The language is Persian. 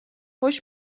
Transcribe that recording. خوش